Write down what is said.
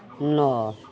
नओ